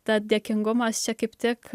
tad dėkingumas čia kaip tik